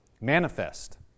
manifest